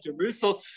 Jerusalem